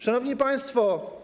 Szanowni Państwo!